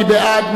מי בעד?